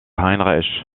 heinrich